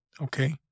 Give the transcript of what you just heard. Okay